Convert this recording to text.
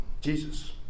Jesus